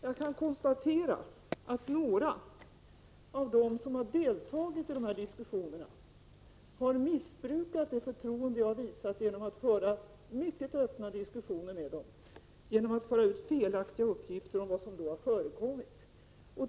Jag kan konstatera att det förtroende jag har visat genom att föra mycket öppna diskussioner av några av deltagarna har missbrukats genom att de fört ut felaktiga uppgifter om vad som har förekommit.